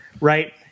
right